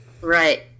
Right